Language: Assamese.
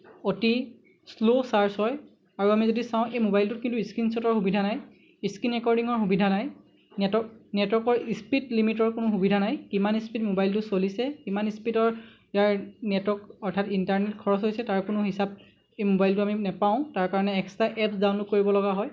অতি শ্ল' চাৰ্জ হয় আৰু আমি যদি চাওঁ এই মোবাইলটোত কিন্তু স্ক্ৰীণশ্বটৰ সুবিধা নাই স্ক্ৰীণ ৰেকৰ্ডৰিঙৰ সুবিধা নাই নেটৱৰ্ক নেটৱৰ্কৰ স্পীড লিমিটৰ কোনো সুবিধা নাই কিমান স্পীড মোবাইলটো চলিছে কিমান স্পীটৰ ইয়াৰ নেটৱৰ্ক অৰ্থাৎ ইন্টাৰনেট খৰচ হৈছে তাৰ কোনো হিচাপ এই মোবাইলটোত আমি নেপাওঁ তাৰ কাৰণে এক্সট্ৰা এপ ডাউনলোড কৰিব লগা হয়